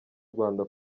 rwanda